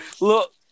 Look